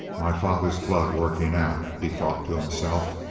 my father's blood working out! he thought to himself.